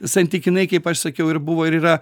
santykinai kaip aš sakiau ir buvo ir yra